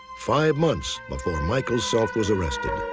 five months before michael self was arrested.